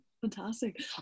Fantastic